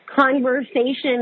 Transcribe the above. conversation